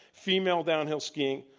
female downhill skiing,